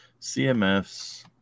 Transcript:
CMFs